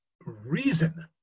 reason